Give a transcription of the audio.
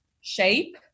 shape